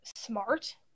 smart